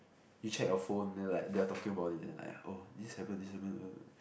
you check your phone then like they are talking about it then like oh this happen this happen uh